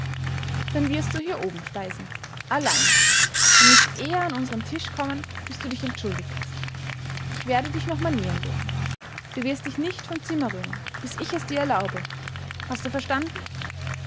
dann wirst du hier oben speisen allein und nicht eher an unseren tisch kommen bis du dich entschuldigt hast ich werde dich noch manieren lehren du wirst dich nicht vom zimmer rühren bis ich es dir erlaube hast du verstanden